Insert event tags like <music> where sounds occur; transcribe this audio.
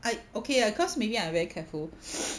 I okay lah cause maybe I'm very careful <breath>